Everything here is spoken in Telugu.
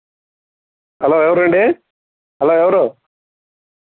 హలో ఎవరండి హలో ఎవరు